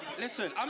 Listen